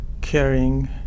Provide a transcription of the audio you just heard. caring